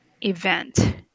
event